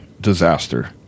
disaster